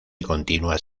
continuas